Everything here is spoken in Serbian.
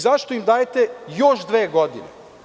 Zašto im dajete još dve godine?